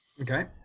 okay